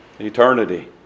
Eternity